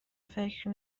فکر